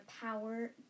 power